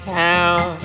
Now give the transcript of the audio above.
town